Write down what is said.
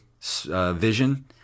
vision